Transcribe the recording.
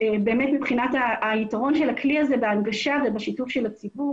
מבחינת היתרון של הכלי הזה בהנגשה ובשיתוף של הציבור.